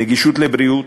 נגישות לבריאות,